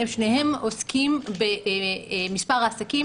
שניהם עוסקים במספר עסקים,